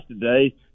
today